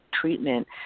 treatment